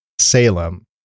Salem